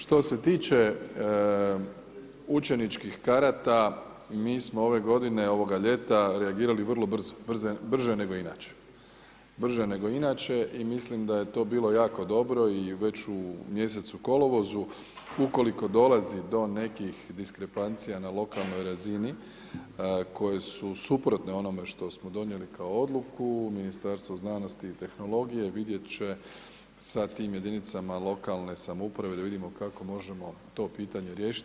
Što se tiče učeničkih karata mi smo ove godine, ovoga ljeta reagirali vrlo brzo, brže nego inače i mislim da je to bilo jako dobro i već u mjesecu kolovozu ukoliko dolazi do nekih diskrepancija na lokalnoj razini koje su suprotne onome što smo donijeli kao odluku Ministarstvo znanosti i tehnologije vidjet će sa tim jedinicama lokalne samouprave da vidimo kako možemo to pitanje riješiti.